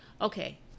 Okay